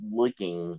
looking